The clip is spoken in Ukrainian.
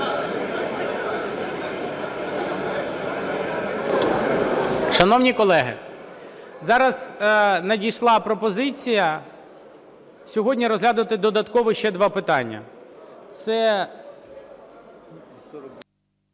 фракцій. Зараз надійшла пропозиція сьогодні розглянути додатково ще два питання.